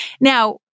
Now